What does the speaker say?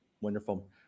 Wonderful